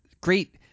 great